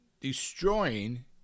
destroying